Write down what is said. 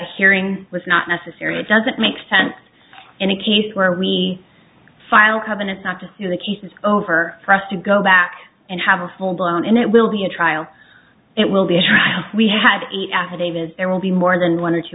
hearing was not necessary it doesn't make sense in a case where we file cabinets not to see the case is over for us to go back and have a full blown and it will be a trial it will be a trial we had affidavits there will be more than one or two